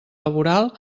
laboral